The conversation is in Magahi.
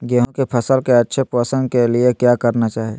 गेंहू की फसल के अच्छे पोषण के लिए क्या करना चाहिए?